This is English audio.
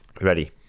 ready